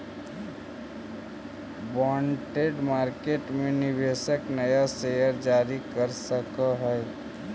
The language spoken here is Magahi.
बॉन्ड मार्केट में निवेशक नया शेयर जारी कर सकऽ हई